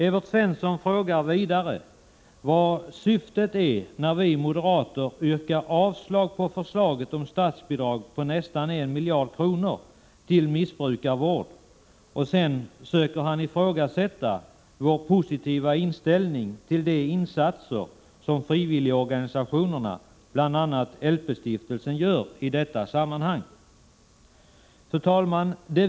Evert Svensson frågar vidare vad syftet är när vi moderater yrkar avslag på förslaget om statsbidrag på nästan 1 miljard kronor till missbrukarvården, och sedan söker han ifrågasätta vår positiva inställning till de insatser som frivilligorganisationerna, bl.a. LP-stiftelsen, gör i detta sammanhang. Fru talman!